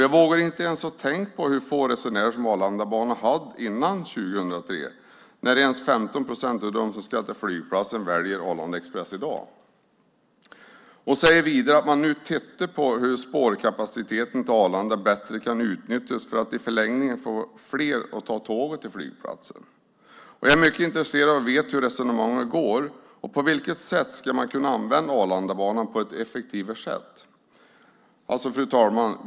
Jag vågar inte ens tänka på hur få resenärer Arlandabanan hade före 2003, när inte ens 15 procent av de som ska till flygplatsen väljer Arlanda Express i dag. Hon säger vidare att man nu tittar på hur spårkapaciteten till Arlanda bättre kan utnyttjas för att man i förlängningen ska få fler att ta tåget till flygplatsen. Jag är mycket intresserad av att veta hur resonemanget går. På vilket sätt ska man kunna använda Arlandabanan effektivare? Fru talman!